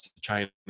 China